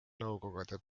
nõukogude